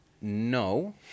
No